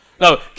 No